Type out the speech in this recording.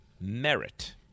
merit